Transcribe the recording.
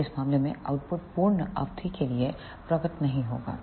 इस मामले में आउटपुट पूर्ण अवधि के लिए प्रकट नहीं होता है